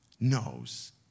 knows